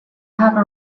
have